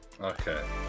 Okay